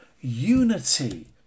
unity